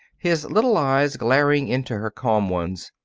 his little eyes glaring into her calm ones.